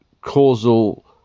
causal